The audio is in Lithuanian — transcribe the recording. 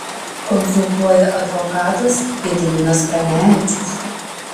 konsultuoja advokatas gediminas pranevičius